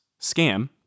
scam